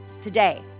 today